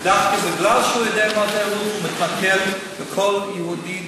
ודווקא מפני שהוא יודע מה זה עירוב הוא מקלקל לכל יהודי,